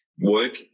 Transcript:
work